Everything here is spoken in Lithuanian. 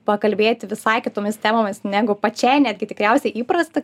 pakalbėti visai kitomis temomis negu pačiai netgi tikriausiai įprasta